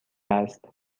است